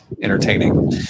entertaining